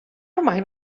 ormai